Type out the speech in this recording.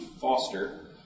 foster